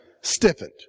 stiffened